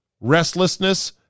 restlessness